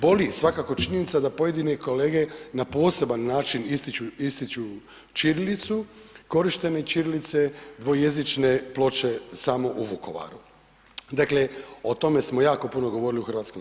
Boli svakako činjenica da pojedini kolege na poseban način ističu, ističu ćirilicu, korištenje ćirilice, dvojezične ploče samo u Vukovaru, dakle o tome smo jako puno govorili u HS.